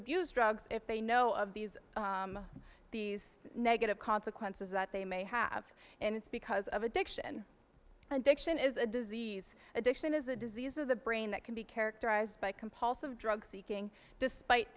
abuse drugs if they know of these these negative consequences that they may have and it's because of addiction addiction is a disease addiction is a disease of the brain that can be characterized by compulsive drug seeking despite